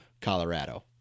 Colorado